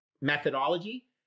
methodology